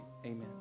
Amen